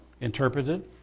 interpreted